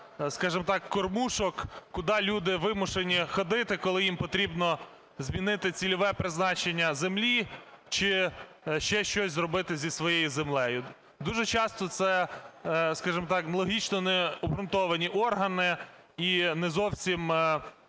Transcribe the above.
скажемо так, "кормушок", куди люди вимушені ходити, коли їм потрібно змінити цільове призначення землі чи ще щось зробити зі своєю землею. Дуже часто це, скажімо так, логічно необґрунтовані органи і не зовсім